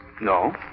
No